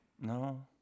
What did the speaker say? No